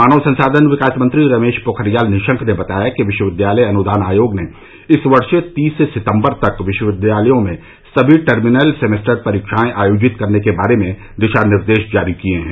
मानव संसाधन विकास मंत्री रमेश पोखरियाल निशंक ने बताया कि विश्वविद्यालय अनुदान आयोग ने इस वर्ष तीस सितम्बर तक विश्वविद्यालयों में सभी टर्मिनल सेमेस्टर परीक्षाएं आयोजित करने के बारे में दिशा निर्देश जारी किए हैं